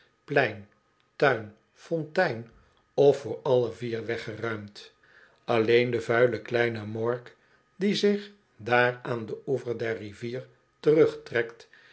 plein tuin fontein of voor alle vier weggeruimd aüeen de vuile kleine morgue die zich daar aan den oever der rivier terugtrekt